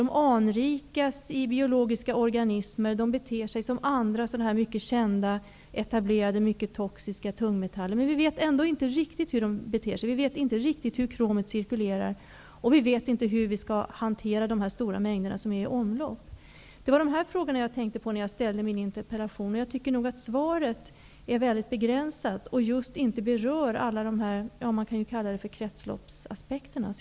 De anrikas i biologiska organismer, de beter sig som andra mycket kända, etablerade toxiska tungmetaller, men vi vet ändå inte riktigt hur de beter sig, vi vet inte riktigt hur kromet cirkulerar, och vi vet inte hur vi skall hantera de stora mängder som är i omlopp. Det var de här frågorna som jag tänkte på när jag ställde min interpellation, och jag tycker att svaret är väldigt begränsat och inte berör just alla de här kretsloppsaspekterna.